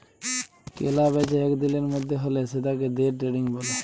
কেলা বেচা এক দিলের মধ্যে হ্যলে সেতাকে দে ট্রেডিং ব্যলে